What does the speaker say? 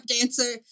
dancer